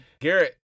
garrett